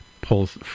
pulls